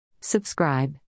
Subscribe